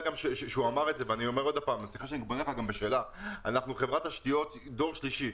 אנחנו חברת תשתיות דור שלישי.